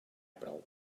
prou